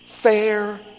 Fair